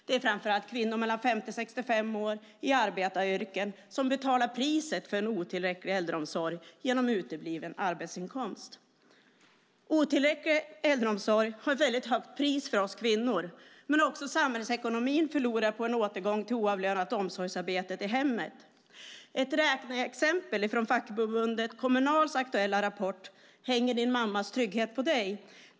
Det är framför allt kvinnor mellan 50 och 65 år i arbetaryrken som betalar priset för en otillräcklig äldreomsorg genom utebliven arbetsinkomst. Otillräcklig äldreomsorg har ett högt pris för oss kvinnor. Men också samhällsekonomin förlorar på en återgång till oavlönat omsorgsarbete i hemmet. Ett räkneexempel från fackförbundet Kommunals aktuella rapport Hänger din mammas trygghet på dig?